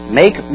make